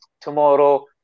tomorrow